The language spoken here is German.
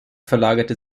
verlagerte